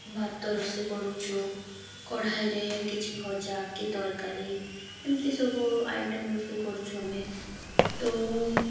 ଭାତ ରୋଷେଇ କରୁଛୁ କଢ଼ାଇରେ କିଛି ଭଜା କି ତରକାରୀ ଏମିତି ସବୁ ଆଇଟମ୍ ରୋଷେଇ କରୁଛୁ ଆମେ ତ